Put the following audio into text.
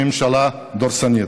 "ממשלה דורסנית".